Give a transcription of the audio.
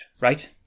right